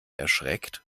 erschreckt